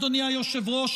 אדוני היושב-ראש,